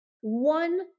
one